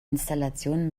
installationen